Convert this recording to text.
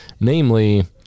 Namely